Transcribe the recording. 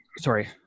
sorry